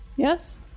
Yes